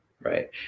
right